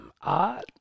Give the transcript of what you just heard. art